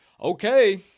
Okay